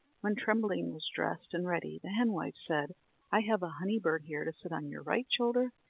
when trembling was dressed and ready, the henwife said i have a honey-bird here to sit on your right shoulder,